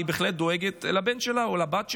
בהחלט דואגת לבן שלה או לבת שלה.